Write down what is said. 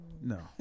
No